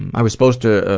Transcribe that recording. i was supposed to